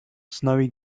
snowy